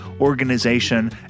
organization